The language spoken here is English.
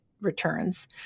returns